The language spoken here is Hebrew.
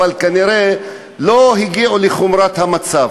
כנראה הם לא הגיעו לחומרת המצב.